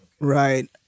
right